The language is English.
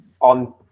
on